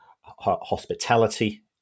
hospitality